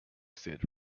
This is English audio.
said